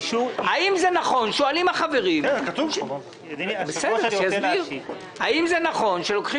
החברים שואלים האם זה נכון שלוקחים